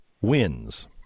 wins